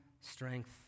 strength